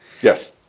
Yes